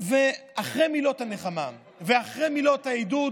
אחרי מילות הנחמה ואחרי מילות העידוד,